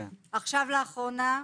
לאחרונה,